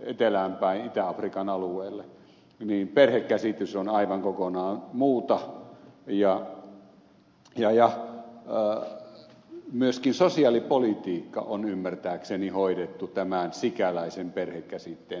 etelään päin itä afrikan alueelle niin perhekäsitys on aivan kokonaan muuta ja myöskin sosiaalipolitiikka on ymmärtääkseni hoidettu tämän sikäläisen perhe käsitteen avulla